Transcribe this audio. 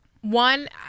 one